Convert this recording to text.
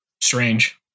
strange